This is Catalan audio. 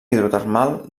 hidrotermal